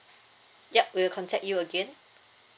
yup will contact you again